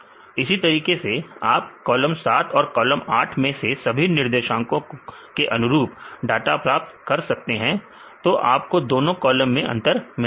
इसी तरीके से आप कॉलम 7 और कॉलम 8 में से सभी निर्देशांको के अनुरूप डाटा प्राप्त कर सकते हैं तो आपको दोनों कॉलम में अंतर मिल जाएगा